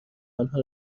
آنها